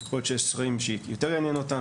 יכול להיות שיש שרים שיותר יעניין אותם,